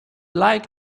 like